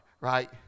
right